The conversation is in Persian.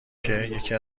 که، یکی